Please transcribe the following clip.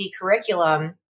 curriculum